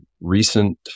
recent